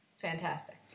fantastic